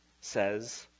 says